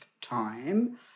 time